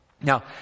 Now